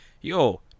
Yo